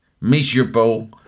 miserable